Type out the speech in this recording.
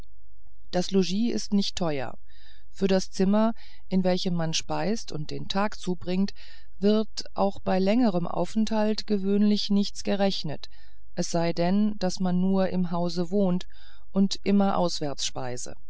das logis ist nicht teuer für das zimmer in welchem man speist und den tag zubringt wird auch bei längerem aufenthalt gewöhnlich nichts gerechnet es sei denn daß man nur im hause wohne und immer